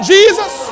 Jesus